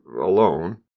alone